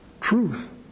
truth